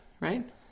Right